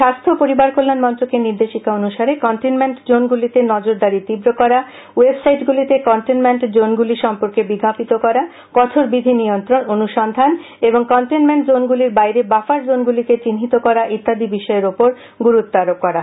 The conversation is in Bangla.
স্বাস্থ্য ও পরিবার কল্যাণ মন্ত্রকের নির্দেশিকা অনুসারে কনটেইনমেন্ট জোনগুলিতে নজরদারি তীব্র করা ওয়েবসাইটগুলিতে কনটেইনমেন্ট জোনগুলি সম্পর্কে বিজ্ঞাপিত করা কঠোর বিধি নিয়ন্ত্রণ অনুসন্ধান এবং কনটেনমেন্ট জোনগুলির বাইরে বাফার জোনগুলিকে চিহ্নিত করা ইত্যাদি বিষয়গুলির উপর বৈঠকে গুরুত্ব আরোপ করা হয়